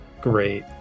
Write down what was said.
great